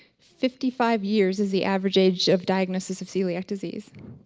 fifty five years as the average age of diagnosis of celiac disease.